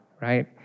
right